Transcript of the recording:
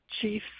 Chief